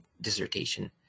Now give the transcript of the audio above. dissertation